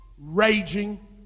raging